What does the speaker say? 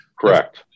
Correct